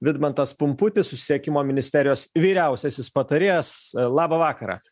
vidmantas pumputis susisiekimo ministerijos vyriausiasis patarėjas labą vakarą